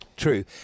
true